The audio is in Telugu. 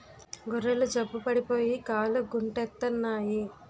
గొర్రెలు జబ్బు పడిపోయి కాలుగుంటెత్తన్నాయి